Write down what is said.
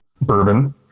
bourbon